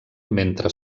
mentre